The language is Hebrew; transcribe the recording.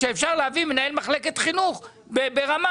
שאפשר להביא מנהל מחלקת חינוך ברמה,